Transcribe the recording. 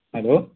hello